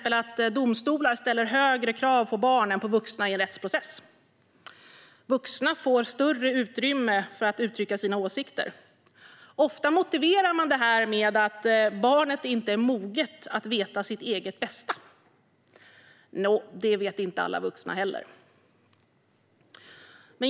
Domstolar ställer högre krav på barn än på vuxna i en rättsprocess. Vuxna får större utrymme för att uttrycka sina åsikter. Ofta motiverar man detta med att barnet inte är moget att veta sitt eget bästa. Det vet inte alla vuxna heller.